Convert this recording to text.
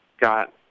got